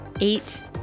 Eight